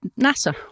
NASA